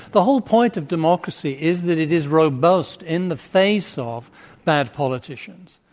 the whole point of democracy is that it is robust in the face ah of bad politicians.